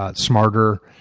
ah smarter,